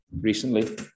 recently